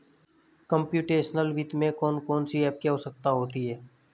computational वित्त में कौन कौन सी एप की आवश्यकता होती है